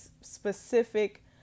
specific